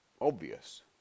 obvious